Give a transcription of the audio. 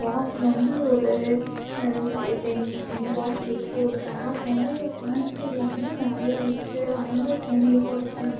box வந்து ஒரு ten ten box இருக்கும் டிராக் வந்து கோயம்புத்தூரில் வந்து நிறையா இருக்கு அதனால சென்னை போகிற டிரெயின்